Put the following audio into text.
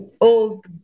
old